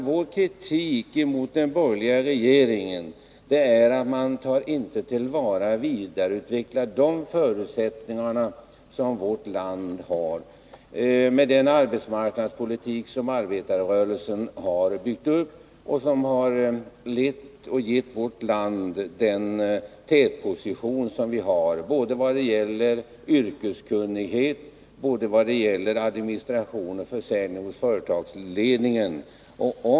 Vi kritiserar den borgerliga regeringen för att den inte tar till vara och vidareutvecklar de förutsättningar som vårt land har med den arbetsmarknadspolitik som arbetarrörelsen har byggt upp och som har givit vårt land en tätposition både när det gäller yrkeskunnighet och när det gäller administrationsoch försäljningskunnande hos företagsledningen.